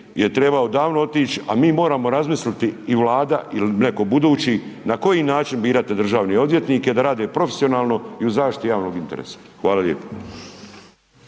je trebao davno otić a mi moramo razmisliti i Vlada ili netko budući, na koji način birati državne odvjetnike da rade profesionalno i u zaštiti javnog interesa. Hvala lijepo.